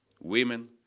women